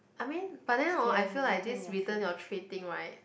I mean but then hor I feel like this return your tray thing right